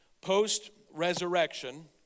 post-resurrection